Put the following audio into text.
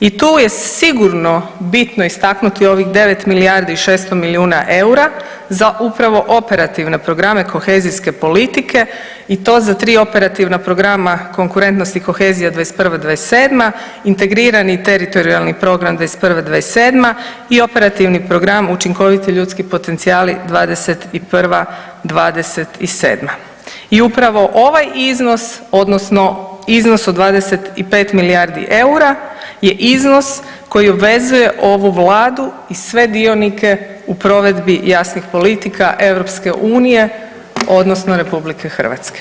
I tu je sigurno bitno istaknuti ovih 9 milijardi i 600 milijuna eura za upravo operativne programe kohezijske politike i to za 3 operativna programa konkurentnosti i kohezije '21.-'27., integrirani teritorijalni program '21.-'27. i operativni program učinkoviti ljudski potencijali '21.-'27. i upravo ovaj iznos odnosno iznos od 25 milijardi eura je iznos koji obvezuje ovu vladu i sve dionike u provedbi jasnih politika EU odnosno RH.